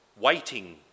waiting